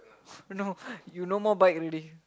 no you no more bike already